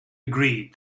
agreed